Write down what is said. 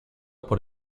por